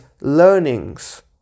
learnings